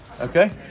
okay